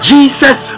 Jesus